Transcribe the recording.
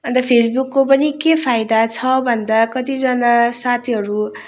अन्त फेसबुकको पनि के फाइदा छ भन्दा कतिजना साथीहरू